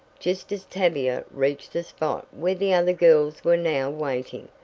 just as tavia reached the spot where the other girls were now waiting,